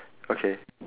okay